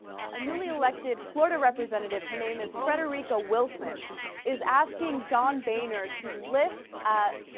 a newly-elected florida representative her name is federico wilson is asking john bainer to lift ah.